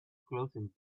clothing